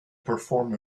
perform